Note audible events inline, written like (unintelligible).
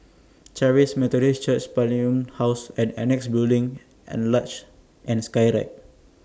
Charis Methodist Church (unintelligible) House and Annexe Building and Luge and Skyride